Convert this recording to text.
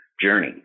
journey